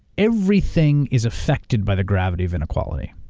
everything is effected by the gravity of inequality.